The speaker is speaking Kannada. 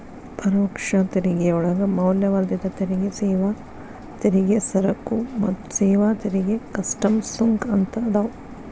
ಪರೋಕ್ಷ ತೆರಿಗೆಯೊಳಗ ಮೌಲ್ಯವರ್ಧಿತ ತೆರಿಗೆ ಸೇವಾ ತೆರಿಗೆ ಸರಕು ಮತ್ತ ಸೇವಾ ತೆರಿಗೆ ಕಸ್ಟಮ್ಸ್ ಸುಂಕ ಅಂತ ಅದಾವ